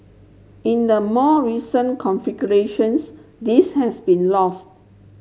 in the more recent configurations this has been lost